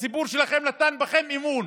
הציבור שלכם נתן בכם אמון.